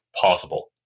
possible